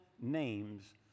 names